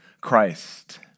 Christ